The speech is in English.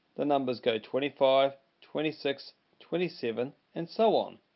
the numbers go twenty five twenty six twenty seven and so on.